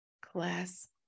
class